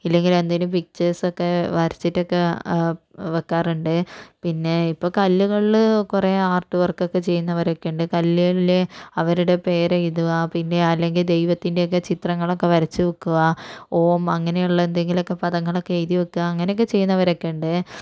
ഇല്ലങ്കില് എന്തേലും പിക്ച്ചേഴ്സക്കെ വരച്ചിട്ടൊക്കെ വെക്കാറുണ്ട് പിന്നെ ഇപ്പം കല്ലുകളില് കുറെ ആർട്ട് വർക്കൊക്കെ ചെയ്യുന്നവരക്കെയുണ്ട് കല്ലുകളില് അവരുടെ പേര് എഴുതുക പിന്നെ അല്ലെങ്കില് ദൈവത്തിൻ്റെയൊക്കെ ചിത്രങ്ങളൊക്കെ വരച്ച് വയ്ക്കുക ഓം അങ്ങനേയുള്ള എന്തെങ്കിലൊക്കെ പദങ്ങളൊക്കെ എഴുതി വയ്ക്കുക അങ്ങനെയൊക്കെ ചെയ്യുന്നവരക്കെയുണ്ട്